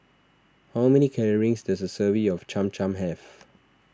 how many calories does a serving of Cham Cham have